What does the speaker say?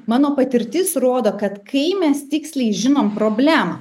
mano patirtis rodo kad kai mes tiksliai žinom problemą